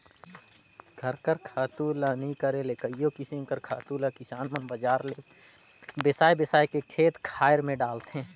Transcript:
घर कर खातू ल नी करे ले कइयो किसिम कर खातु ल किसान मन बजार ले बेसाए बेसाए के खेत खाएर में डालथें